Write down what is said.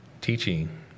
teaching